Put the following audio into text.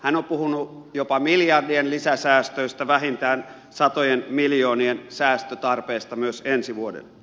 hän on puhunut jopa miljardien lisäsäästöistä vähintään satojen miljoonien säästötarpeesta myös ensi vuodelle